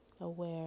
aware